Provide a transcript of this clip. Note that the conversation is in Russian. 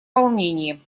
волнении